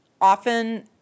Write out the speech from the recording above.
often